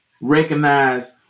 recognize